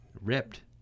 ripped